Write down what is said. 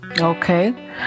Okay